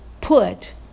put